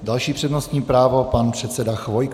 Další přednostní právo pan předseda Chvojka.